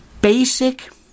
basic